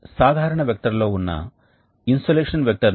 కాబట్టి ఇది ఈ మొదటి బెడ్ గుండా వెళుతుంది మరియు అది దీని గుండా వెళుతుంది